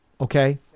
Okay